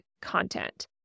content